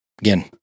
Again